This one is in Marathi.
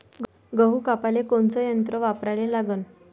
गहू कापाले कोनचं यंत्र वापराले लागन?